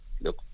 look